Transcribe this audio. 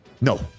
No